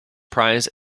prize